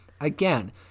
again